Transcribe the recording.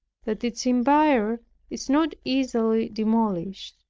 that its empire is not easily demolished.